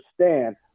understand